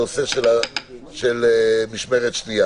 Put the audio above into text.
הנושא של משמרת שניה.